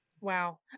Wow